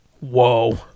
Whoa